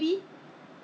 可是他在那边好像